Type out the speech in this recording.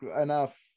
enough